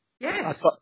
Yes